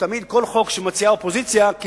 שתמיד כל חוק שהאופוזיציה מציעה,